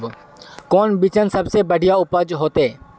कौन बिचन सबसे बढ़िया उपज होते?